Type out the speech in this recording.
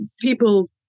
people